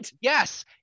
Yes